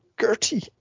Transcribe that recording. Gertie